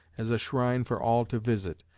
as a shrine for all to visit,